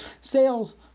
sales